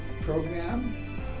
program